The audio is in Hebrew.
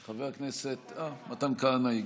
חבר הכנסת, אה, מתן כהנא הגיע.